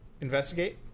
Investigate